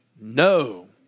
no